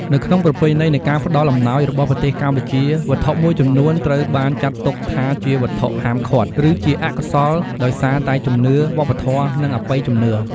នៅក្នុងប្រពៃណីនៃការផ្តល់អំណោយរបស់ប្រទេសកម្ពុជា វត្ថុមួយចំនួនត្រូវបានចាត់ទុកថាជាវត្ថុហាមឃាត់ ឬជាអកុសលដោយសារតែជំនឿវប្បធម៌ និងអបិយជំនឿ។